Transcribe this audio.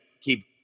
keep